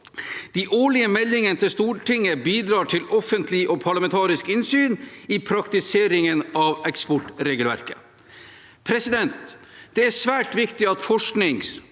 De årlige meldingene til Stortinget bidrar til offentlig og parlamentarisk innsyn i praktiseringen av eksportregelverket. Det er svært viktig at sektoren